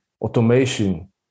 automation